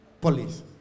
police